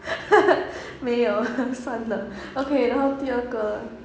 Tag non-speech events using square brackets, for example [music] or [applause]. [laughs] 没有算了 okay 然后第二个